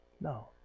No